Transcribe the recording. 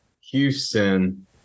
Houston